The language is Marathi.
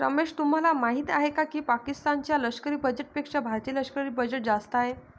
रमेश तुम्हाला माहिती आहे की पाकिस्तान च्या लष्करी बजेटपेक्षा भारतीय लष्करी बजेट जास्त आहे